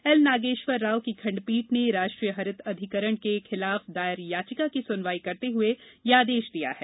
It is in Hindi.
एल नागेश्वर राव की खंडपीठ ने राष्ट्रीय हरित अधिकरण के खिलाफ दायर याचिका की सुनवाई करते हुए ये आदेश दिया है